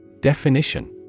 Definition